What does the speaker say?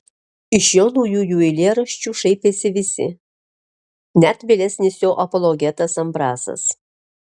iš jo naujųjų eilėraščių šaipėsi visi net vėlesnis jo apologetas ambrasas